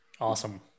Awesome